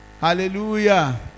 Hallelujah